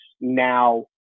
now